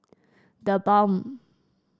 The Balm